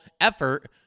effort